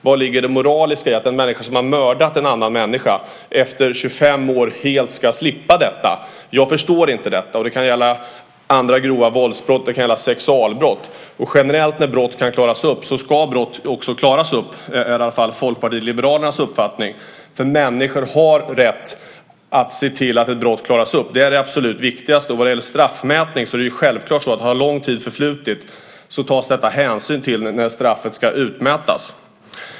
Var ligger det moraliska i att en människa som har mördat en annan människa efter 25 år helt ska slippa ifrån detta? Jag förstår inte detta. Det kan gälla också andra grova våldsbrott eller sexualbrott. Generellt när brott kan klaras upp ska brott också klaras upp. Det är i alla fall Folkpartiet liberalernas uppfattning. Människor har nämligen rätt att kräva att man ser till att ett brott klaras upp. Det är det absolut viktigaste. Vad gäller straffmätning är det självklart så att om lång tid har förflutit tar man hänsyn till det när straffet ska utmätas.